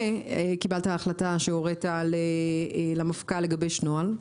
קיבלת החלטה שהורית למפכ"ל לגבש נוהל.